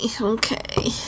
Okay